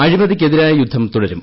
അഴിമതിക്കെതിരായി യുദ്ധം തുടരും